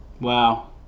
Wow